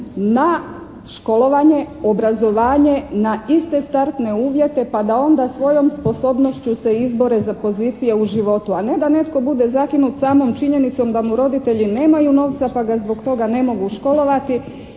na školovanje, obrazovanje, na iste startne uvjete pa da onda svojom sposobnošću se izbore za pozicije u životu, a ne da netko bude zakinut samom činjenicom da mu roditelji nemaju novca pa ga zbog toga ne mogu školovati